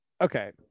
okay